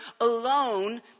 alone